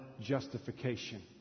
justification